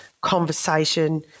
conversation